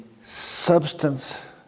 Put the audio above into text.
substance